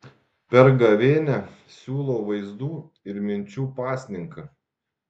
per gavėnią siūlo vaizdų ir minčių pasninką